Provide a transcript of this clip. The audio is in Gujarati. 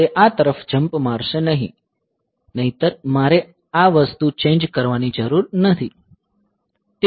તે આ તરફ જંપ મારશે નહીંતર મારે આ વસ્તુ ચેન્જ કરવાની જરૂર નથી